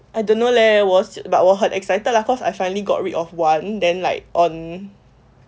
I don't know leh 我 but 我很 excited lah cause I finally got rid of one then like on